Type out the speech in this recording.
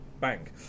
Bang